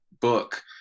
book